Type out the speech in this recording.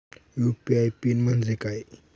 UPI PIN म्हणजे काय?